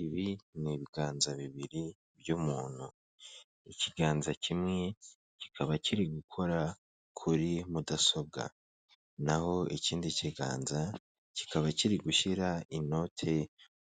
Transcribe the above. Ibi ni ibiganza bibiri by'umuntu, ikiganza kimwe kikaba kiri gukora kuri mudasobwa, naho ikindi kiganza kikaba kiri gushyira inoti